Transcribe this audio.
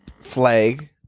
flag